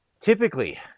Typically